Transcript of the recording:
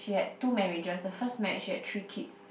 she had two marriages the first marriage she had three kids